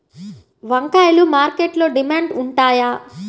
వంకాయలు మార్కెట్లో డిమాండ్ ఉంటాయా?